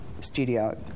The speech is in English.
studio